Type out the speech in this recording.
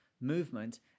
movement